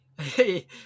Hey